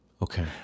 Okay